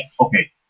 okay